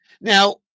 Now